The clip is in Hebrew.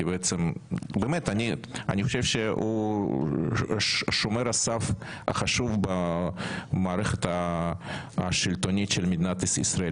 כי אני חושב שהוא שומר הסף החשוב במערכת השלטונית של מדינת ישראל,